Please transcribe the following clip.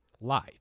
life